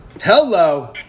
Hello